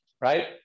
right